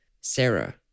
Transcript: Sarah